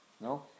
No